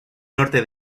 norte